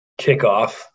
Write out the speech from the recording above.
kickoff